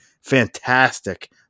fantastic